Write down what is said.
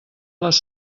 les